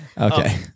Okay